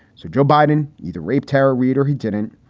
so joe biden either raped harry reid or he didn't.